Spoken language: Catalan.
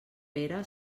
pere